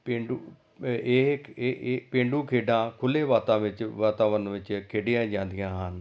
ਪੇਂਡੂ ਇਹ ਇੱਕ ਇਹ ਇਹ ਪੇਂਡੂ ਖੇਡਾਂ ਖੁੱਲ੍ਹੇ ਵਾਤਾ ਵਿੱਚ ਵਾਤਾਵਰਨ ਵਿੱਚ ਖੇਡੀਆਂ ਜਾਂਦੀਆਂ ਹਨ